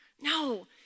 No